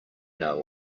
know